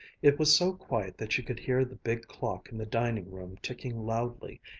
it was so quiet that she could hear the big clock in the dining-room ticking loudly,